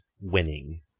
winning